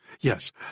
yes